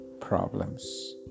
problems